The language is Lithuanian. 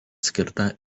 skirta